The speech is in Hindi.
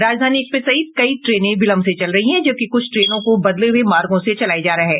राजधानी एक्सप्रेस सहित कई ट्रेनें विलंब से चल रही हैं जबकि कुछ ट्रेनों को बदले हुये मार्गों से चलाया जा रहा है